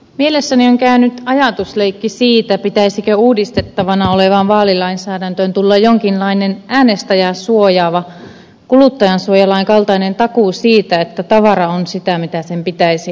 mielessäni on käynyt ajatusleikki siitä pitäisikö uudistettavana olevaan vaalilainsäädäntöön tulla jonkinlainen äänestäjää suojaava kuluttajansuojalain kaltainen takuu siitä että tavara on sitä mitä sen pitäisi olla